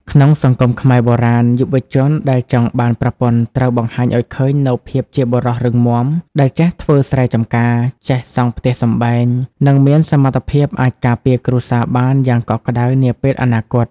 ក្នុងសង្គមខ្មែរបុរាណ យុវជនដែលចង់បានប្រពន្ធត្រូវបង្ហាញឱ្យឃើញនូវភាពជាបុរសរឹងមាំ ដែលចេះធ្វើស្រែចម្ការ ចេះសង់ផ្ទះសម្បែង និងមានសមត្ថភាពអាចការពារគ្រួសារបានយ៉ាងកក់ក្ដៅនាពេលអនាគត។